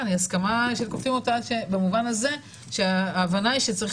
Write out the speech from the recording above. הסכמה שכופים אותה במובן הזה שההבנה היא שצריך